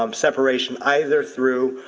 um separation either through